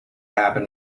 happen